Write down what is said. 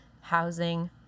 housing